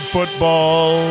Football